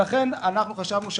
אנחנו חשבנו,